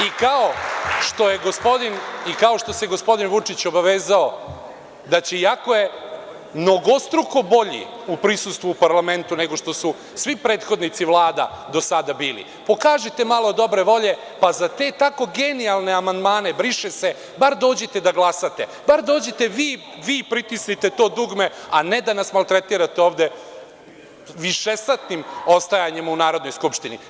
I kao što se gospodin Vučić obavezao da će iako je mnogostruko bolji u prisustvu u parlamentu nego što su svi prethodnici vlada do sada bili, pokažite malo dobre volje pa za te tako genijalne amandmane „briše se“ bar dođite da glasate, bar dođite vi, vi pritisnite to dugme, a ne da nas maltretirate ovde višesatnim ostajanjem u Narodnoj skupštini.